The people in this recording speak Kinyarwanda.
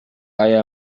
aya